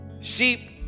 sheep